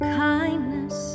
kindness